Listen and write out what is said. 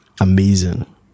amazing